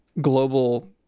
global